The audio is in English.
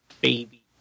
baby